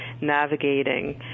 navigating